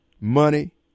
money